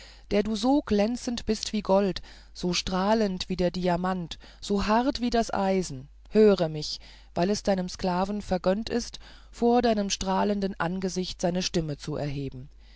der du so glänzend bist wie gold so strahlend wie der diamant so hart wie das eisen höre mich weil es deinem sklaven vergönnt ist vor deinem strahlenden angesichte seine stimme zu erheben